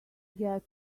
get